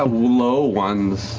ah low ones.